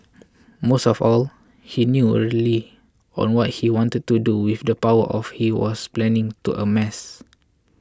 most of all he knew early on what he wanted to do with the power of he was planning to amass